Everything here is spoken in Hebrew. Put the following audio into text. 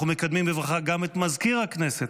אנחנו מקדמים בברכה גם את מזכיר הכנסת,